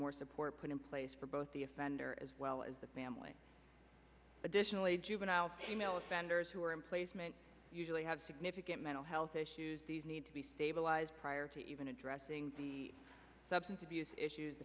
more support put in place for both the offender as well as the family additionally juvenile email offenders who are in placement usually have significant mental health issues these need to be stabilized prior to even addressing the substance abuse issues